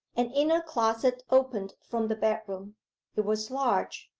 an inner closet opened from the bedroom it was large,